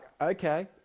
okay